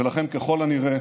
ולכן ככל הנראה